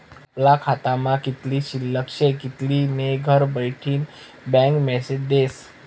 आपला खातामा कित्ली शिल्लक शे कित्ली नै घरबठीन बँक मेसेज देस